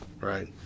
right